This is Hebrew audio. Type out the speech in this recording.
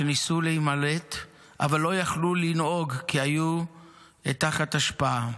שניסו להימלט אבל לא יכלו לנהוג כי היו תחת השפעה,